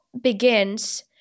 begins